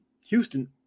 Houston